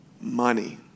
money